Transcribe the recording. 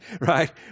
Right